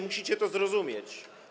Musicie to zrozumieć.